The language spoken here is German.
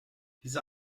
diese